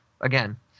again